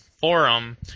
forum